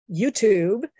YouTube